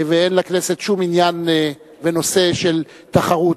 ואין לכנסת שום עניין בנושא של תחרות.